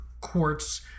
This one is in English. quartz